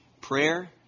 Prayer